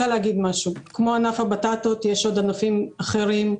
כמו ענף הבטטות יש ענפים אחרים,